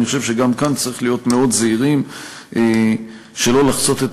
אני חושב שגם כאן צריך להיות מאוד זהירים שלא לחצות את